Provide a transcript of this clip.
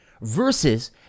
versus